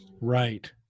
Right